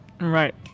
Right